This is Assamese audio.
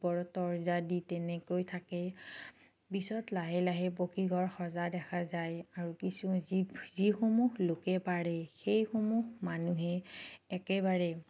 ওপৰত তৰ্জা দি তেনেকৈ থাকে পিছত লাহে লাহে পকীঘৰ সজা দেখা যায় আৰু কিছু যি যি সমূহ লোকে পাৰে সেইসমূহ মানুহে একেবাৰে